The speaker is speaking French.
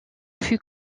fut